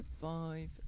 Five